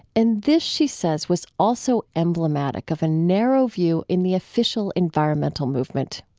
and this, she says, was also emblematic of a narrow view in the official environmental movement.